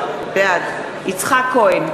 בעד יצחק כהן,